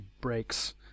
breaks